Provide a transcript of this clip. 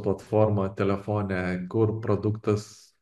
platformą telefone kur produktas